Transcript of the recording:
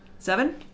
Seven